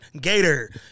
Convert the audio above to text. Gator